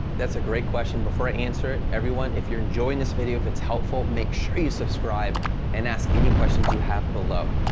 that's a great question, before i answer it, everyone, if you're enjoying this video, if it's helpful, make sure you subscribe and ask any questions you have below.